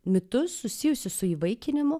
mitus susijusius su įvaikinimu